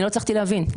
לא הצלחתי להבין.